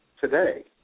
today